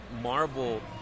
Marvel